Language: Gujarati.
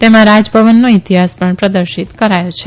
તેમાં રાજભવનનો ઇતિહાસ પણ પ્રદર્શિત કરાયો છે